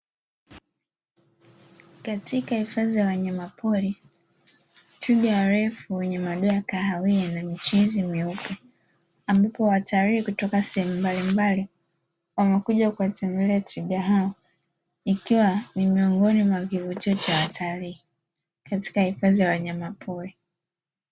Katika hifadhi ya wanyamapori twiga warefu wenye madoa ya kahawia na michirizi myeupe ambapo watalii kutoka sehemu mbalimbali wamekuja kuwatembelea twiga hao ikiwa ni miongoni mwa kivutio cha watalii katika hifadhi ya wanyamapori.